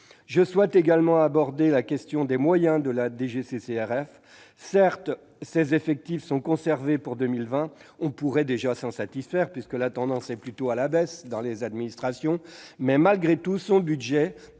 Je souhaite également aborder les moyens de la DGCCRF. Certes, ses effectifs sont conservés pour 2020. On pourrait déjà s'en satisfaire, puisque la tendance est plutôt à la baisse dans les administrations. Mais, malgré tout, son budget